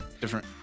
Different